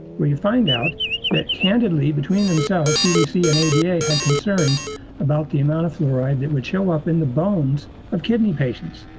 where you find out that candidly between themselves cdc and ada had concerns about the amount of fluoride that would show up in the bones of kidney patients,